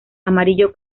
amarillo